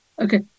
Okay